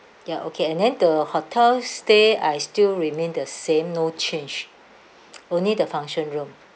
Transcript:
ya okay and then the hotel stay I still remain the same no change only the function room